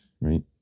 right